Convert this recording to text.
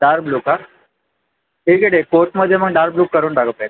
dark blue का ठीक आहे ठीक कोटमध्ये मग डार्क ब्लू करून टाका पॅक